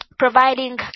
providing